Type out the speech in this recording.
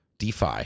DeFi